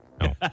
No